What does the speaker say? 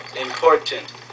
important